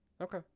Okay